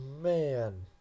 man